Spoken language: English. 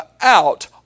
out